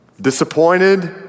disappointed